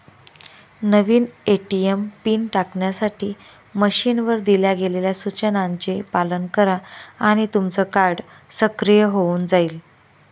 नवीन ATM pin टाकण्यासाठी मशीनवर दिल्या गेलेल्या सूचनांचे पालन करा आणि तुमचं कार्ड सक्रिय होऊन जाईल